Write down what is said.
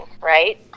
right